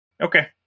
Okay